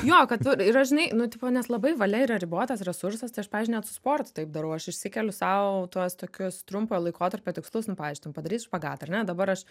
jo kad tu ir aš žinai nu tipo nes labai valia yra ribotas resursas tai aš pavyzdžiui net su sportu taip darau aš išsikeliu sau tuos tokius trumpojo laikotarpio tikslus nu pavyzdžiui ten padaryti špagatą ar ne dabar aš